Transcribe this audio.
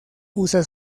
usa